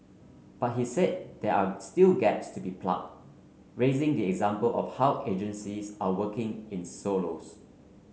but he said there are still gaps to be plugged raising the example of how agencies are working in silos